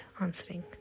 answering